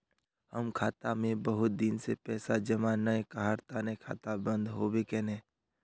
हम खाता में बहुत दिन से पैसा जमा नय कहार तने खाता बंद होबे केने?